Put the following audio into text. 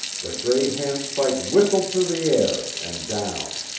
the great handspike whistled through the air, and down.